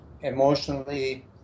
emotionally